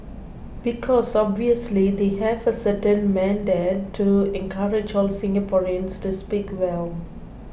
because obviously they have a certain mandate to encourage all Singaporeans to speak well